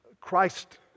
Christ